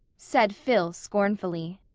said phil scornfully.